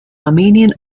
armenian